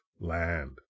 land